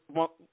one